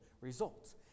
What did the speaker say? results